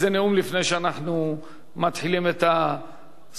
לפני שאנחנו מתחילים את סדר-היום,